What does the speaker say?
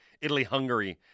Italy-Hungary